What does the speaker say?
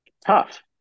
tough